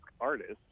artists